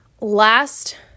last